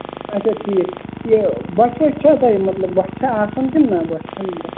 اَچھا ٹھیٖک یہِ بۅچھِ وۅچھِ چھا تۄہہِ مطلب بۅچھِ چھا آسان کِنہٕ نہَ بۅچھِ چھَنہٕ